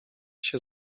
się